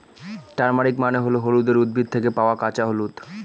turmeric মানে হল হলুদের উদ্ভিদ থেকে পাওয়া কাঁচা হলুদ